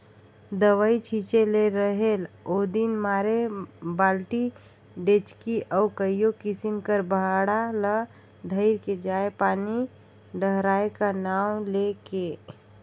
दवई छिंचे ले रहेल ओदिन मारे बालटी, डेचकी अउ कइयो किसिम कर भांड़ा ल धइर के जाएं पानी डहराए का नांव ले के